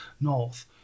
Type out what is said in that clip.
north